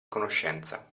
conoscenza